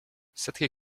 setki